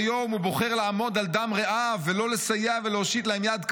יום ובוחר לעמוד על דם רעיו ולא לסייע להושיט להם יד,